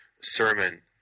sermon